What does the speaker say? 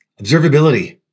Observability